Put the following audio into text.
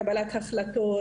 קבלת החלטות.